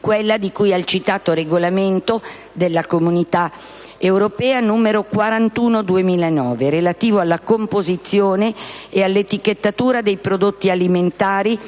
quella di cui al citato regolamento della Comunità europea n. 41 del 2009, relativo alla composizione e all'etichettatura dei prodotti alimentari